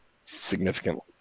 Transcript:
Significantly